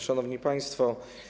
Szanowni Państwo!